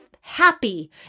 happy